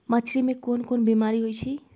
मछरी मे कोन कोन बीमारी होई छई